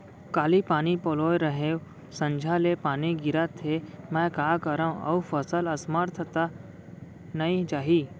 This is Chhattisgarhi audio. काली पानी पलोय रहेंव, संझा ले पानी गिरत हे, मैं का करंव अऊ फसल असमर्थ त नई जाही?